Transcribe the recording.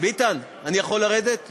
אני יכול לרדת?